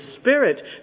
Spirit